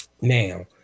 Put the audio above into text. Now